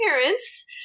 appearance